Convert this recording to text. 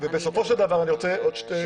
בסופו של דבר, ברשותך עוד שתי